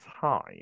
time